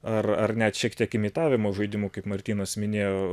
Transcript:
ar ar net šiek tiek imitavimo žaidimų kaip martynas minėjo